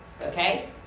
okay